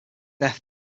death